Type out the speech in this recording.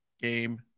game